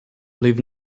leave